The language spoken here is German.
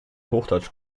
hochdeutsch